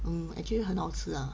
um actually 很好吃啊 ah